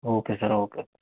okay sir okay